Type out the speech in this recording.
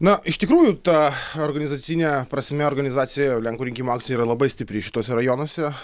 na iš tikrųjų ta organizacine prasme organizacija lenkų rinkimų akcija yra labai stipri šituose rajonuose